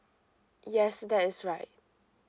yes that is right